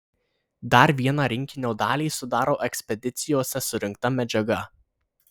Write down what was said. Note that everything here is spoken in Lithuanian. dar vieną rinkinio dalį sudaro ekspedicijose surinkta medžiaga